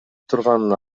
турган